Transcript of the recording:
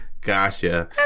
gotcha